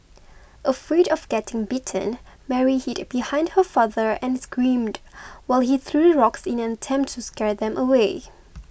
afraid of getting bitten Mary hid behind her father and screamed while he threw rocks in an attempt to scare them away